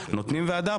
נותנים ועדה,